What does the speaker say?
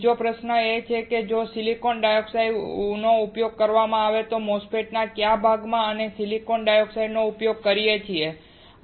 બીજો પ્રશ્ન એ છે કે જો સિલિકોન ડાયોક્સાઈડનો ઉપયોગ કરવામાં આવે તો MOSFETs ના કયા ભાગમાં આપણે સિલિકોન ડાયોક્સાઈડનો ઉપયોગ કરી શકીએ